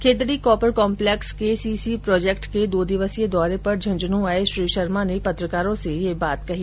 Khetri copper complex KCC project के दो दिवसीय दौरे पर झुंझुनूं आए श्री शर्मा ने पत्रकारों से यह बात कही